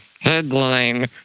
headline